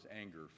anger